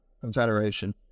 confederation